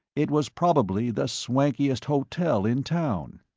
it was probably the swankiest hotel in town.